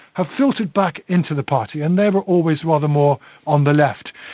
have filtered back into the party, and they were always rather more on the left.